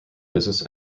business